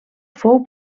fou